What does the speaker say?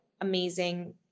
amazing